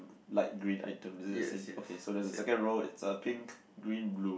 light green item is it the same okay so there's a second row it's a pink green blue